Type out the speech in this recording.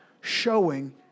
showing